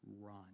run